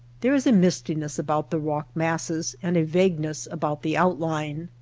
there is a mistiness about the rock masses and a vague ness about the outline.